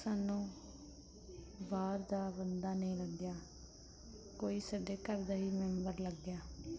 ਸਾਨੂੰ ਬਾਹਰ ਦਾ ਬੰਦਾ ਨਹੀਂ ਲੱਗਿਆ ਕੋਈ ਸਾਡੇ ਘਰ ਦਾ ਹੀ ਮੈਂਬਰ ਲੱਗਿਆ